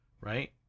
right